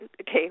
okay